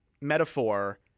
metaphor